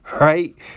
right